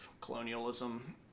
colonialism